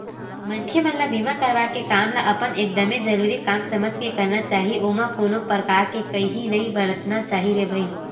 मनखे मन ल बीमा करवाय के काम ल अपन एकदमे जरुरी काम समझ के करना चाही ओमा कोनो परकार के काइही नइ बरतना चाही रे भई